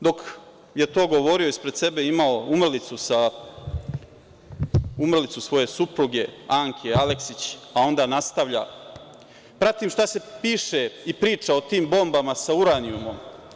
Dok je to govorio, ispred sebe je imao umrlicu svoje supruge Anke Aleksić, a onda nastavlja: „Pratim šta se priča i piše o tim bombama sa uranijumom.